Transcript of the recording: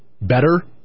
better